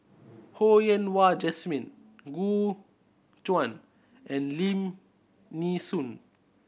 Ho Yen Wah Jesmine Gu Juan and Lim Nee Soon